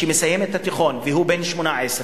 שמסיים את התיכון והוא בן 18,